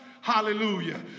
hallelujah